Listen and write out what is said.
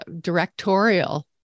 directorial